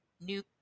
New